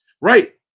Right